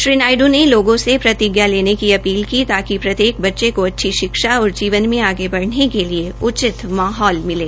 श्री नायडू ने लोगों से प्रतिज्ञा लेने की अपील की ताकि प्रत्येक बच्चो को अच्छी शिक्षा और जीवन में आगे बढ़ने के लिए उचित माहौल मिले